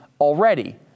already